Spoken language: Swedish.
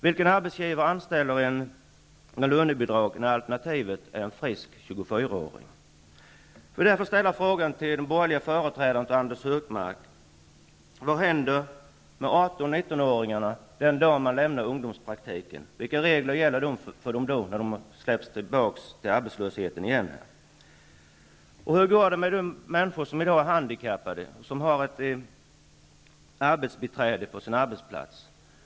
Vilken arbetsgivare anställer någon med lönebidrag, när alternativet är en frisk 24-åring? Jag vill ställa ett par frågor till de borgerliga företrädarna, bl.a. Anders G. Högmark: Vad händer med 18--19-åringarna den dag de lämnar ungdomspraktiken? Vilka regler gäller då för dem, när de kommer tillbaka till arbetslösheten? Hur går det för de handikappade som har ett arbetsbiträde på sin arbetsplats?